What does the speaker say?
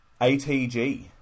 ATG